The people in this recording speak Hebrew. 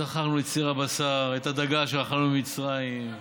זכרנו את סיר הבשר, את הדגה שאכלנו במצרים.